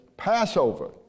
Passover